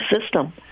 system